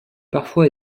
parfois